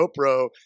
GoPro